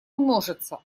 множится